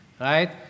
right